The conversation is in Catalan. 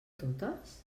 totes